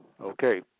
Okay